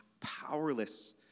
powerless